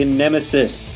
nemesis